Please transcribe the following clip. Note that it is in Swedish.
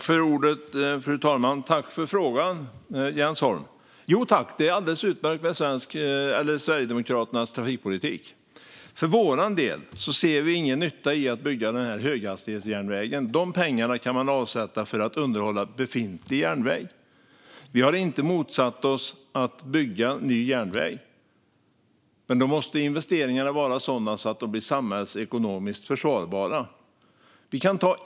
Fru talman! Tack för frågan, Jens Holm! Jo tack, det är alldeles utmärkt med Sverigedemokraternas trafikpolitik. Vi ser ingen nytta med att bygga höghastighetsjärnvägen. De pengarna kan man avsätta för underhåll av befintlig järnväg. Vi har inte motsatt oss att bygga ny järnväg, men investeringarna måste vara samhällsekonomiskt försvarbara.